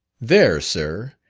there, sir,